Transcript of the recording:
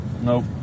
Nope